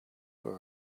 for